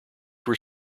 were